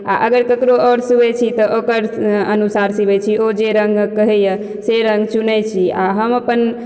आओर अगर ककरो आओर सिबय छी तऽ ओकर अनुसार सिबय छी ओ जे रङ्गक कहइए से रङ्ग चुनय छी आओर हम अपन